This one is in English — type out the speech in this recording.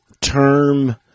term